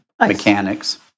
mechanics